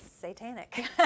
satanic